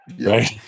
right